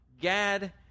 Gad